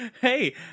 Hey